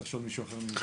צריך לשאול מישהו אחר.